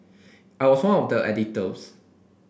I was one of the editors